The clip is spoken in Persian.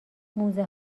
موزه